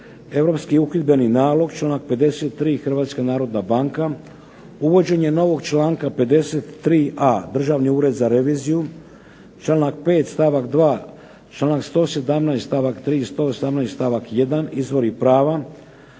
Europski uhidbeni nalog, članak 53. Hrvatska narodna banka, uvođenje novog članka 53a. Državni ured za reviziju, članak 5. stavak 2., članak 117. stavak 3., 118. stavak 1. Izvori prava,